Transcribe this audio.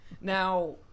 Now